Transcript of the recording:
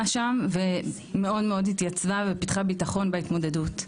שם ומאוד מאוד התייצבה ופיתחה ביטחון בהתמודדות.